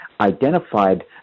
identified